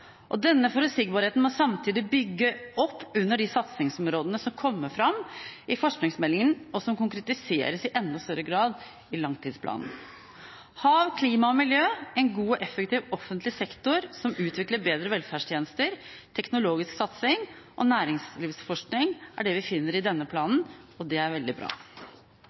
studieplasser. Denne forutsigbarheten må samtidig bygge opp under de satsingsområdene som kommer fram i forskningsmeldingen, og som konkretiseres i enda større grad i langtidsplanen. Hav, klima og miljø, en god og effektiv offentlig sektor som utvikler bedre velferdstjenester, teknologisk satsing og næringslivsforskning er det vi finner i denne planen, og det er veldig bra.